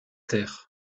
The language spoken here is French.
terres